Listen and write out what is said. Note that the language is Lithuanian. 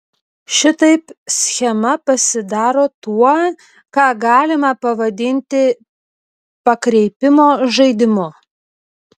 šitaip schema pasidaro tuo ką galima pavadinti pakreipimo žaidimu